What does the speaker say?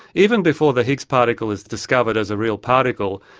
even before the higgs particle is discovered as a real particle,